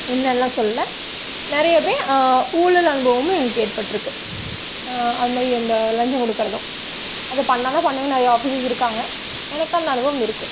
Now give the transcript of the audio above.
இல்லைன்லாம் சொல்ல நிறையவே ஊழல் அனுபவமும் எங்களுக்கு ஏற்பட்டிருக்கு அது மாதிரி இந்த லஞ்சம் கொடுக்குறதும் அதை பண்ணிணாங்க பண்ணணுன்னு நிறைய ஆஃபிஸ்ஸர்ஸ் இருக்காங்க எனக்கு அந்த அனுபவம் இருக்குது